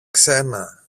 ξένα